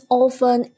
often